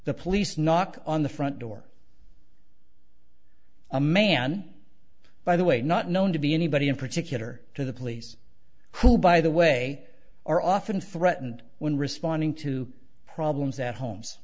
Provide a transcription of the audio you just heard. the police knock on the front door a man by the way not known to be anybody in particular to the police who by the way are often threatened when responding to problems at homes